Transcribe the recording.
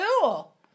cool